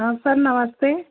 हाँ सर नमस्ते